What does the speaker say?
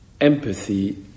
empathy